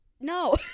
No